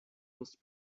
was